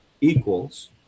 equals